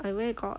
I where got